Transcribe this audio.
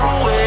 away